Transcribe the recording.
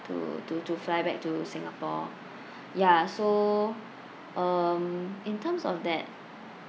to to to fly back to singapore ya so um in terms of that